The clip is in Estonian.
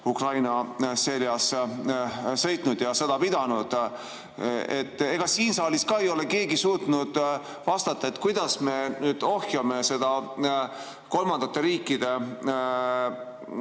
Ukraina seljas sõitnud ja sõda pidanud. Siin saalis ei ole keegi suutnud vastata, kuidas me nüüd ohjame kolmandatest riikidest